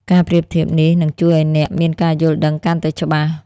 ការប្រៀបធៀបនេះនឹងជួយឱ្យអ្នកមានការយល់ដឹងកាន់តែច្បាស់។